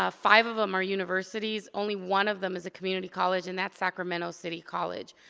ah five of them are universities, only one of them is a community college, and that's sacramento city college.